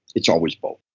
it's always both.